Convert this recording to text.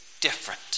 different